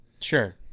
Sure